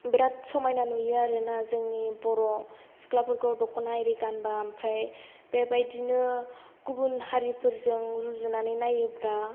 बिराद समायना नुयो आरो ना जोंनि बर' सिखलाफोरखौ दख'ना एरि गानब्ला ओमफ्राय बेबायदिनो गुबुन हारिफोरजों रुजुनानै नायोब्ला